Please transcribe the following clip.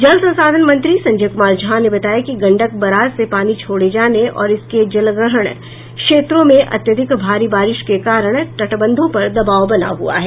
जल संसाधन मंत्री संजय कुमार झा ने बताया कि गंडक बराज से पानी छोड़े जाने और इसके जलग्रहण क्षेत्रों में अत्यधिक भारी बारिश के कारण तटबंधों पर दबाव बना हुआ है